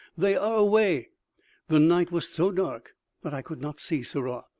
they are awa' the night was so dark that i could not see sirrah,